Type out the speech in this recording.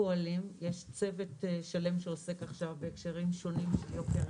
יש צוות שלם שעוסק עכשיו בהקשרים שונים של יוקר